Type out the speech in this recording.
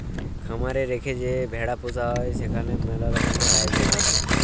খামার এ রেখে যে ভেড়া পুসা হ্যয় সেখালে ম্যালা রকমের আয়জল হ্য়য়